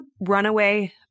runaway